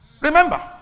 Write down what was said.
Remember